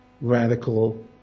radical